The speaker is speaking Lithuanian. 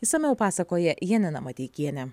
išsamiau pasakoja janina mateikienė